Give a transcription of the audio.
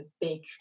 big